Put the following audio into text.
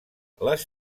les